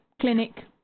clinic